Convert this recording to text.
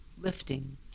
lifting